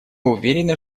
уверены